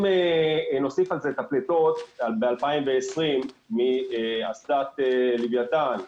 אם נוסיף על זה את הפליטות ב-2010 מאסדת לוויתן,